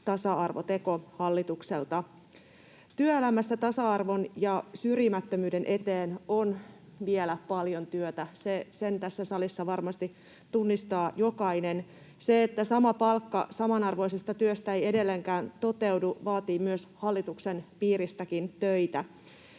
tasa-arvoteko hallitukselta. Työelämässä tasa-arvon ja syrjimättömyyden eteen on vielä paljon työtä, sen tässä salissa varmasti tunnistaa jokainen. Se, että sama palkka samanarvoisesta työstä ei edelleenkään toteudu, vaatii myös hallituksen piirissä töitä.